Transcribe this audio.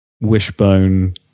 wishbone